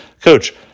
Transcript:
Coach